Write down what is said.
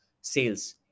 sales